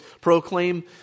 proclaim